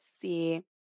see